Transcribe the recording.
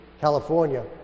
California